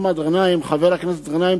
חבר הכנסת מסעוד גנאים,